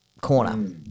corner